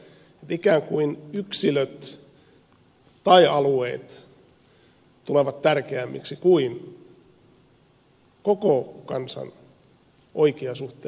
siltä että ikään kuin yksilöt tai alueet tulevat tärkeämmiksi kuin koko kansan oikea suhteellinen edustettavuus